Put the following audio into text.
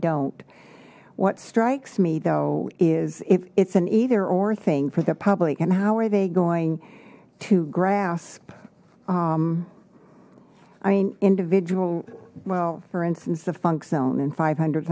don't what strikes me though is if it's an eitheror thing for the public and how are they going to grasp i mean individual well for instance the funk zone and five hundred